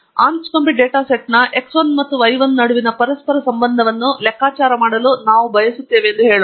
Anscombe data ಸೆಟ್ನ x 1 ಮತ್ತು y 1 ನಡುವಿನ ಪರಸ್ಪರ ಸಂಬಂಧವನ್ನು ಲೆಕ್ಕಾಚಾರ ಮಾಡಲು ನಾವು ಬಯಸುತ್ತೇವೆ ಎಂದು ಹೇಳೋಣ